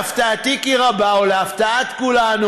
להפתעתי כי רבה ולהפתעת כולנו,